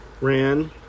ran